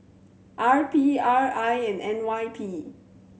R P R I and N Y P